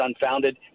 unfounded